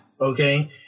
Okay